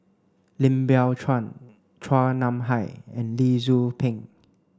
Lim Biow Chuan Chua Nam Hai and Lee Tzu Pheng